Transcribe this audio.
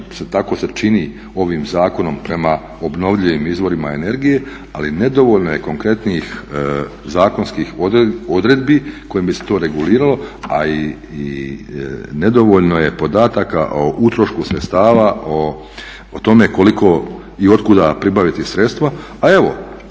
tako čini ovim zakonom prema obnovljivim izvorima energije, ali nedovoljno je konkretnijih zakonskih odredbi kojima bi se to reguliralo, a i nedovoljno je podataka o utrošku sredstava o tome koliko i od kuda pribaviti sredstva.